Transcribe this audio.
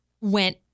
went